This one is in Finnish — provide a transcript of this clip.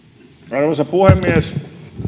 arvoisa puhemies